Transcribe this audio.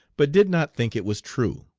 but did not think it was true.